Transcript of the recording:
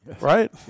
right